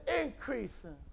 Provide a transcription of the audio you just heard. increasing